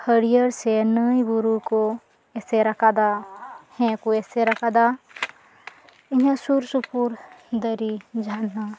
ᱦᱟᱹᱨᱭᱟᱹᱲ ᱥᱮ ᱱᱟᱹᱭ ᱵᱩᱨᱩ ᱠᱚ ᱮᱥᱮᱨ ᱟᱠᱟᱫᱟ ᱦᱮᱸ ᱠᱚ ᱮᱥᱮᱨ ᱟᱠᱟᱫᱟ ᱤᱧᱟᱹᱜ ᱥᱩᱨ ᱥᱩᱯᱩ ᱫᱟᱨᱮ ᱡᱷᱟᱨᱱᱟ